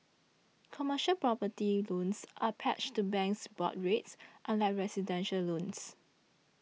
commercial property loans are pegged to banks' board rates unlike residential loans